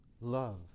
love